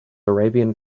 arabian